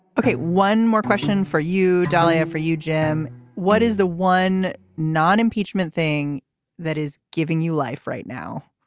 ok one more question for you dalia for you jim what is the one non impeachment thing that is giving you life right now